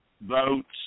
votes